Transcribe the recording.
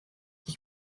ich